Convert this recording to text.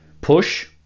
push